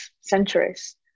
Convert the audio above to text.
centuries